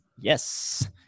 Yes